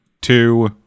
two